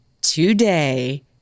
today